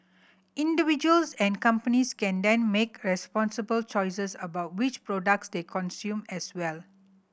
individuals and companies can then make responsible choices about which products they consume as well